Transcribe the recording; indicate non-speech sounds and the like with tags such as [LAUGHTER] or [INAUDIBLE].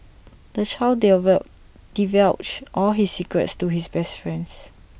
the child [UNINTELLIGIBLE] divulged all his secrets to his best friends